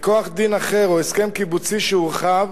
מכוח דין אחר או הסכם קיבוצי שהורחב,